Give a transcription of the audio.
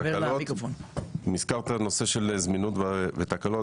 זמינות ותקלות,